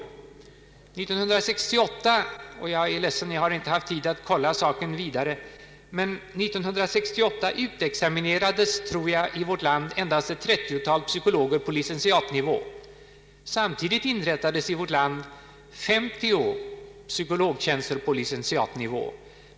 1968 — jag är ledsen att jag inte haft tid att kollationera saken vidare — utexaminerades i vårt land, tror jag, endast ett 30-tal psykologer på licentiatnivå. Samtidigt inrättades i vårt land 50 psykologtjänster på licentiatnivå.